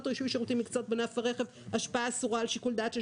רישוי שירותים ומקצועות בענף הרכב (השפעה אסורה על שיקול דעת של